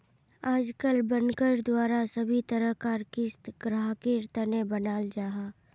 आजकल बनकर द्वारा सभी तरह कार क़िस्त ग्राहकेर तने बनाल जाहा